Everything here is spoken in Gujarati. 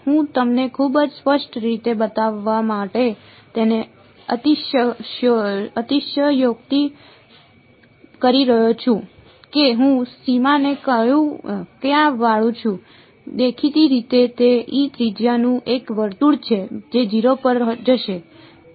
હું તમને ખૂબ જ સ્પષ્ટ રીતે બતાવવા માટે તેને અતિશયોક્તિ કરી રહ્યો છું કે હું સીમાને ક્યાં વાળું છું દેખીતી રીતે તે ત્રિજ્યાનું એક વર્તુળ છે જે 0 પર જશે